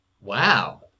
Wow